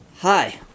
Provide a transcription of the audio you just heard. Hi